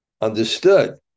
understood